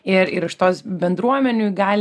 ir ir iš tos bendruomenių įgalinimo